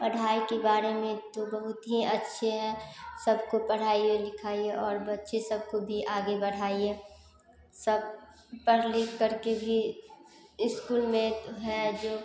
पढ़ाई के बारे में तो बहुत ही अच्छे हैं सबको पढ़ाइए लिखाइये और बच्चे सब को भी आगे बढ़ाइए सब पढ़ लिख कर के भी इस्कूल में है जो